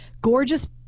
Gorgeous